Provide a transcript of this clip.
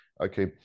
okay